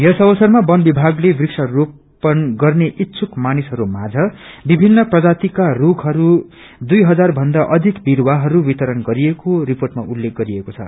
यस अवसरमा वन विभागले वृक्षा रोपन गत्ने इच्छुक मानिसहरू माम्न विभाग्न प्रजातिका रूखका दुई हजार भन्दा अधि विस्वाहरू वितरण गरिएको रिपोेटमा उल्लेख गरिएको छ